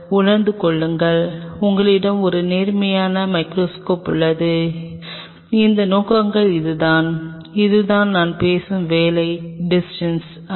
உணர்ந்து கொள்ளுங்கள் உங்களிடம் ஒரு நேர்மையான மைகிரோஸ்கோப் உள்ளது இந்த நோக்கங்கள் இதுதான் இதுதான் நான் பேசும் வேலை டிஸ்டன்ஸ் l